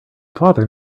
father